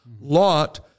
Lot